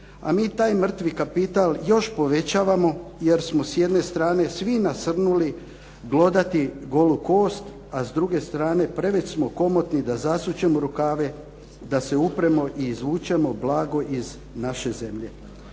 a mi taj mrtvi kapital još povećavamo jer smo s jedne strane svi nasrnuli glodati golu kost, a s druge strane preveć smo komotni da zasučemo rukave, da se upremo i izvučemo blago iz naše zemlje."